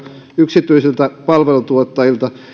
yksityisiltä palveluntuottajilta ja